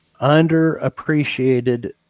underappreciated